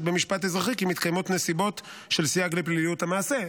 במשפט אזרחי כי מתקיימות נסיבות של סייג לפליליות המעשה.